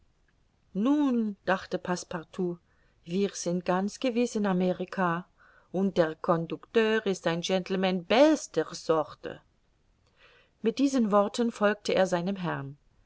nun dachte passepartout wir sind ganz gewiß in amerika und der conducteur ist ein gentleman bester sorte mit diesen worten folgte er seinem herrn